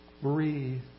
Breathe